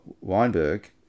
Weinberg